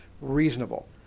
reasonable